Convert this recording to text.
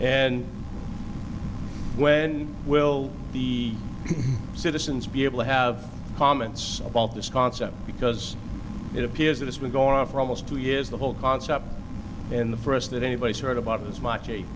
and when will the citizens be able to have comments about this concept because it appears that it's been going on for almost two years the whole concept and the press that anybody's heard about as much